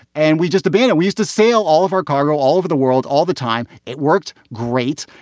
and we just and we used to sail all of our cargo all over the world all the time. it worked great.